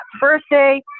birthday